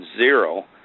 zero